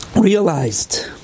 realized